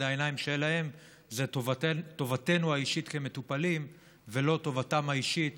העיניים שלהם זה טובתנו האישית כמטופלים ולא טובתם האישית